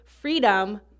freedom